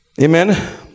Amen